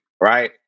right